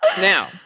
Now